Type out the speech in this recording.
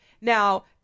Now